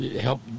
help